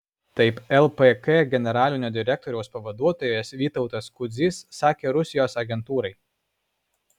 taip lpk generalinio direktoriaus pavaduotojas vytautas kudzys sakė rusijos agentūrai